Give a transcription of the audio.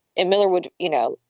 and miller would, you know,